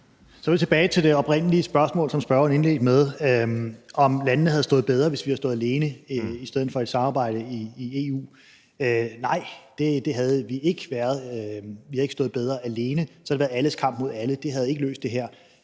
Så er vi tilbage til det oprindelige spørgsmål, som spørgeren indledte med, altså om landene havde stået bedre, hvis de havde stået alene, i stedet for et samarbejde i EU. Nej, landene havde ikke stået bedre alene, for så havde det været alles kamp mod alle, og det havde ikke løst det her.